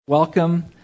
Welcome